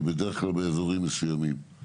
היא בדרך כלל באזורים מסוימים,